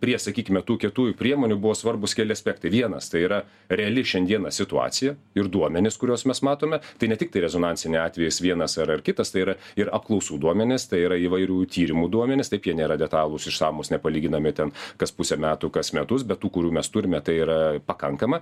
prie sakykime tų kietųjų priemonių buvo svarbūs keli aspektai vienas tai yra reali šiandieną situacija ir duomenys kuriuos mes matome tai ne tiktai rezonansiniai atvejis vienas ar ar kitas tai yra ir apklausų duomenys tai yra įvairių tyrimų duomenys taip jie nėra detalūs išsamūs nepalyginami ten kas pusę metų kas metus bet tų kurių mes turime tai yra pakankama